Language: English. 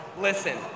Listen